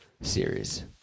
series